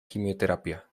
quimioterapia